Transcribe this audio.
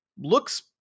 looks